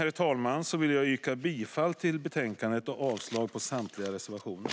Med dessa ord vill jag yrka bifall till utskottets förslag i betänkandet och avslag på samtliga reservationer.